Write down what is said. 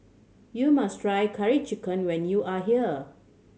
you must try Curry Chicken when you are here